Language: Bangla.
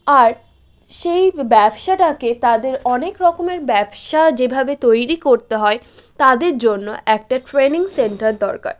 আর সেই ব্যবসাটাকে তাদের অনেক রকমের ব্যবসা যেভাবে তৈরি করতে হয় তাদের জন্য একটা ট্রেনিং সেন্টার দরকার